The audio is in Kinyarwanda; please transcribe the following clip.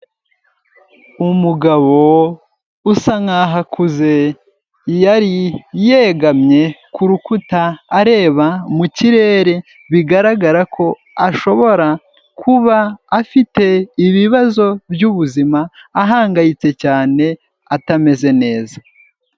Umugabo usa nkaho akuze yari yegamye ku rukuta areba mu kirere bigaragara ko ashobora kuba afite ibibazo by'ubuzima, ahangayitse cyane, atameze neza.